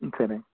ம் சரிங்க